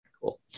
Cool